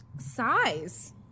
size